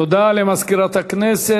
תודה למזכירת הכנסת.